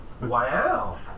Wow